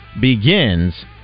begins